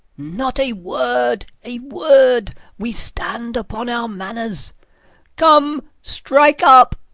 not a word, a word we stand upon our manners come, strike up.